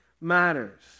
matters